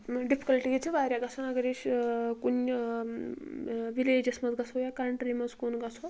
difficulties چھِ واریاہ گژھان اگر أسۍ کُنہِ ولیجس منٛز گژھو یا کنٹری منٛز کُن گژھو